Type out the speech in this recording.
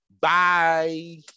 Bye